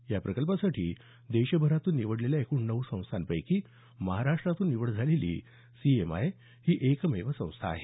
या प्रकल्पासाठी देशभरातून निवडलेल्या एकूण नऊ संस्थांपैकी महाराष्टातून निवड झालेली सीएमआयए ही एकमेव संस्था आहे